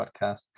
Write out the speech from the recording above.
podcast